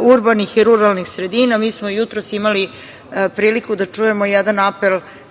urbanih i ruralnih sredina. Mi smo jutros imali priliku da čujemo jedan apel